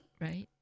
Right